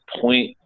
point